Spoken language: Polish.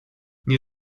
nie